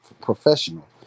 professional